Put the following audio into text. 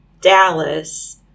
Dallas